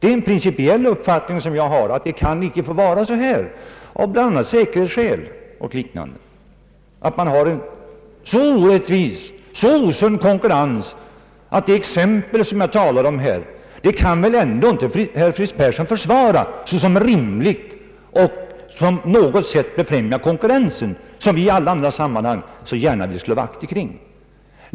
En prin cipiell uppfattning som jag har är att bl.a. av säkerhetsskäl en så orättvis och osund konkurrens inte kan få existera. Det exempel som jag anförde här kan väl inte herr Fritz Persson försvara såsom rimligt och på något sätt befrämjande den konkurrens som vi i alla andra sammanhang så gärna vill slå vakt omkring.